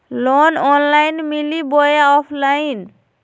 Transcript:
Loan online मिली बोया offline?